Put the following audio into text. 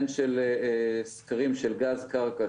הן של סקרים של גז קרקע,